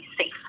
safe